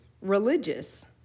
religious